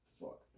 fuck